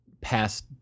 past